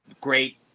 great